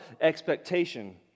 expectation